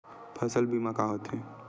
फसल बीमा का होथे?